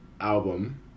album